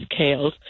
kales